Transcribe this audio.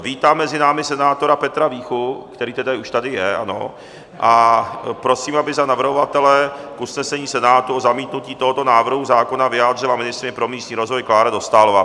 Vítám mezi námi senátora Petra Víchu, který tedy už tady je, ano, a prosím, aby se za navrhovatele k usnesení Senátu o zamítnutí tohoto návrhu zákona vyjádřila ministryně pro místní rozvoj Klára Dostálová.